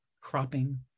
cropping